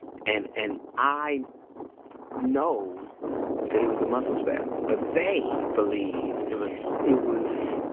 and and i know that it was a muscle spasm. but they believe. it was. it was.